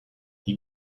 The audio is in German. die